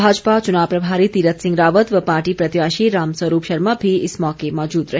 भाजपा चुनाव प्रभारी तीरथ सिंह रावत व पार्टी प्रत्याशी रामस्वरूप शर्मा भी इस मौके माजूद रहे